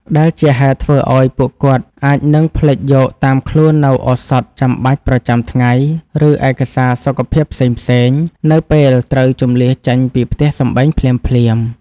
ដែលជាហេតុធ្វើឱ្យពួកគាត់អាចនឹងភ្លេចយកតាមខ្លួននូវឱសថចាំបាច់ប្រចាំថ្ងៃ ឬឯកសារសុខភាពផ្សេងៗនៅពេលត្រូវជម្លៀសចេញពីផ្ទះសម្បែងភ្លាមៗ។